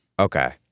Okay